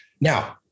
Now